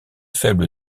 faible